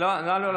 לא, נא לא להפריע.